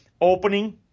opening